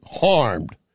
harmed